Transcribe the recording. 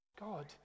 God